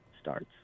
starts